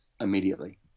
immediately